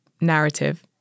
narrative